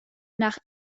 nach